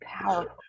powerful